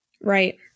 Right